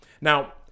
Now